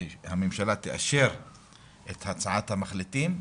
והממשלה תאשר את הצעת המחליטים,